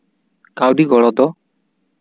ᱠᱟᱹᱣᱰᱤ ᱜᱚᱲᱚ ᱫᱚ